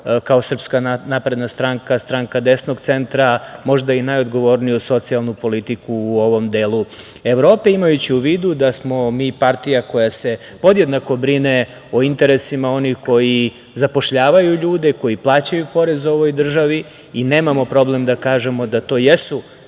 iako smo kao SNS stranka desnog centra, možda i najodgovorniju socijalnu politiku u ovom delu Evrope, imajući u vidu da smo mi partija koja se podjednako brine o interesima onih koji zapošljavaju ljude, koji plaćaju porez ovoj državi i nemamo problem da kažemo da to jesu